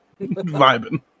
Vibing